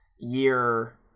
Year